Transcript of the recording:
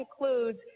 includes